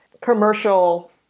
commercial